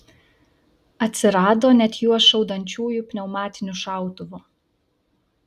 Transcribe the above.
atsirado net juos šaudančiųjų pneumatiniu šautuvu